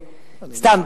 סתם,